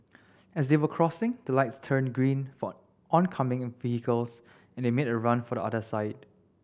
as they were crossing the lights turned green for oncoming vehicles and they made a run for the other side